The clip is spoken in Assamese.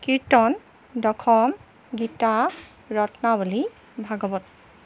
কীৰ্তন দশম গীতা ৰত্নাৱলী ভাগৱত